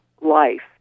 life